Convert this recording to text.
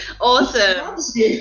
awesome